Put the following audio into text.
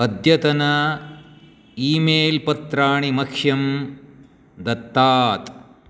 अद्यतनानि email पत्राणि मह्यं दत्तात्